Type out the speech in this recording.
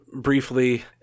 briefly